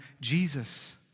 Jesus